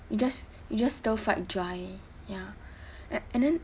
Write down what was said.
you just just stir fried dry ya and and then